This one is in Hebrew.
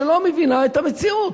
שלא מבינה את המציאות.